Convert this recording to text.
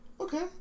Okay